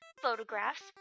photographs